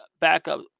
backup